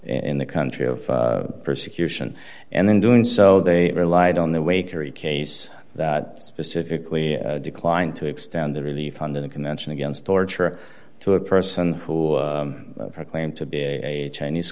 the country of persecution and in doing so they relied on their way kerry case that specifically declined to extend the relief under the convention against torture to a person who proclaimed to be a chinese